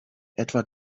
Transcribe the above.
etwa